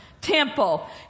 temple